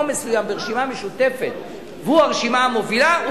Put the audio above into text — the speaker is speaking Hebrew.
מסוים ברשימה משותפת והוא הרשימה המובילה,